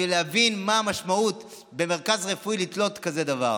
ולהבין מה המשמעות במרכז רפואי לתלות כזה דבר.